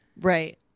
Right